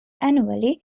annually